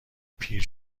پیر